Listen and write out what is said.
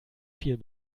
viel